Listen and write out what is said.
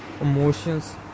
emotions